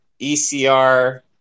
ECR